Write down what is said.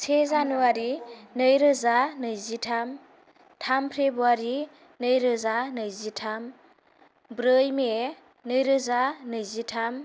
से जानुवारि नैरोजा नैजिथाम थाम फेब्रुवारि नैरोजा नैजिथाम ब्रै मे नैरोजा नैजिथाम